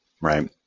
Right